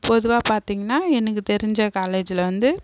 பொதுவாக பார்த்தீங்கனா எனக்கு தெரிஞ்ச காலேஜில் வந்து